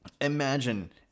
Imagine